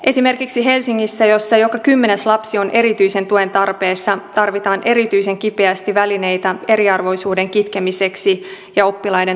esimerkiksi helsingissä jossa joka kymmenes lapsi on erityisen tuen tarpeessa tarvitaan erityisen kipeästi välineitä eriarvoisuuden kitkemiseksi ja oppilaiden tukemiseksi